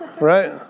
right